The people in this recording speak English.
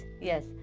yes